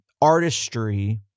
artistry